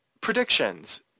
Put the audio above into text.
Predictions